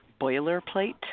boilerplate